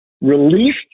relief